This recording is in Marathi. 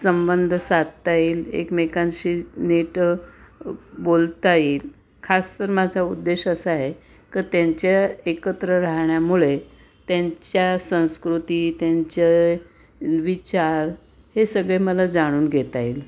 संबंध साधता येईल एकमेकांशी नीट बोलता येईल खास तर माझा उद्देश असा आहे का त्यांच्या एकत्र राहण्यामुळे त्यांच्या संस्कृती त्यांचे विचार हे सगळे मला जाणून घेता येईल